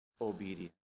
obedience